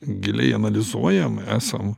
giliai analizuojam esam